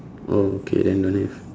okay then no need ah